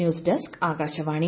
news desk Akashvani